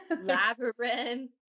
labyrinth